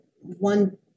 one